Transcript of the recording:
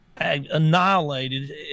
annihilated